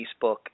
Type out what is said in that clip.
Facebook